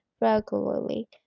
regularly